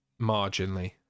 marginally